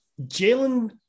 Jalen